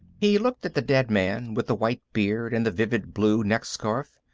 he looked at the dead man, with the white beard and the vivid blue neck-scarf,